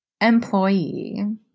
employee